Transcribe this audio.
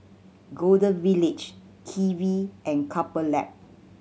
Golden Village Kiwi and Couple Lab